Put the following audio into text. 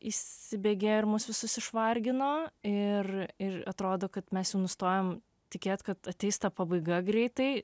įsibėgėjo ir mus visus išvargino ir ir atrodo kad mes jau nustojom tikėt kad ateis ta pabaiga greitai